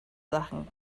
sachen